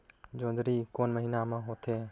जोंदरी कोन महीना म होथे?